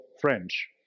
french